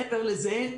מעבר לזה,